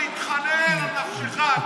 אם יש משהו שאני מכה על חטא הוא שביקשתי מהקבוצה שלי